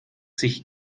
sich